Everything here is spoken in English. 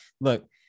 Look